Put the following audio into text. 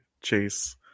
chase